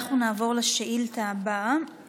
אנחנו נעבור לשאילתה הבאה,